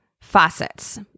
faucets